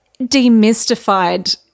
demystified